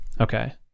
Okay